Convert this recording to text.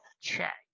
check